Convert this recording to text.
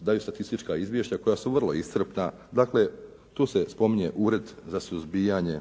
daju statistička izvješća koja su vrlo iscrpna. Dakle, tu se spominje Ured za suzbijanje